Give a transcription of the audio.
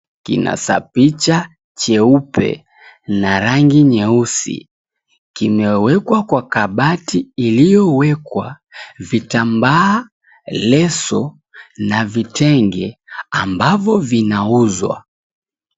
Kinasa picha cheupe na rangi nyeusi kimewekwa kwa kabati iliyowekwa vitambaa, leso na vitenge ambavyo vinauzwa.